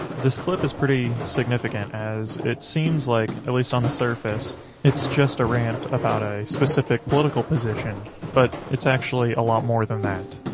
this clip is pretty significant as it seems like at least on the surface it's just a rant about a specific political position, but it's actually a lot more than that.